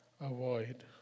avoid